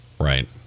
Right